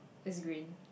is green